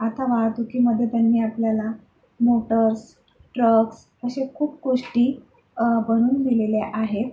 आता वाहतुकीमध्ये त्यांनी आपल्याला मोटर्स ट्रक्स असे खूप गोष्टी बनवून दिलेले आहेत